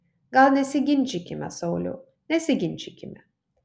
gal nesiginčykime sauliau nesiginčykime